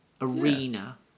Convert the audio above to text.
arena